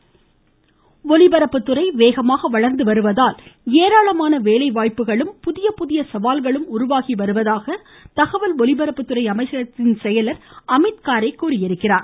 ஒலிபரப்பு ஒலிபரப்புத்துறை வேகமாக வள்ந்து வருவதால் ஏராளமான வேலைவாய்ப்புகளும் புதிய புதிய சவால்களும் அதில் உருவாகி வருவதாக தகவல் ஒலிபரப்புத்துறை அமைச்சகத்தின் செயலர் அமித்காரே தெரிவித்திருக்கிறார்